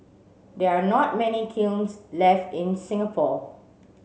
there are not many kilns left in Singapore